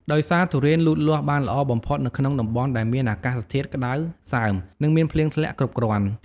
ដោយសារទុរេនលូតលាស់បានល្អបំផុតនៅក្នុងតំបន់ដែលមានអាកាសធាតុក្តៅសើម និងមានភ្លៀងធ្លាក់គ្រប់គ្រាន់។